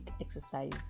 exercise